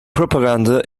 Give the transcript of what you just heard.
propaganda